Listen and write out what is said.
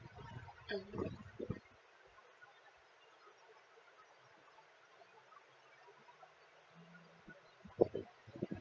mmhmm